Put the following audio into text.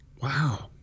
Wow